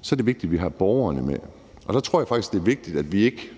så er det vigtigt, at vi har borgerne med. Der tror jeg faktisk, det er vigtigt, at vi ikke